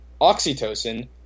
oxytocin